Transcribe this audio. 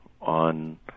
on